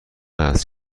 است